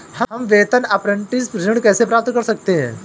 हम वेतन अपरेंटिस ऋण कैसे प्राप्त कर सकते हैं?